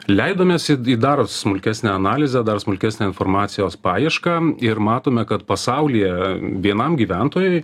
leidomės į į dar smulkesnę analizę dar smulkesnę informacijos paiešką ir matome kad pasaulyje vienam gyventojui